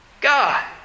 God